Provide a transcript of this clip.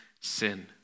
sin